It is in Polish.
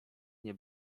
nie